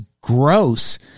gross